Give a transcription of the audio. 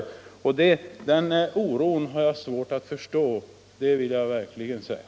Den oron har jag verkligen svårt att förstå.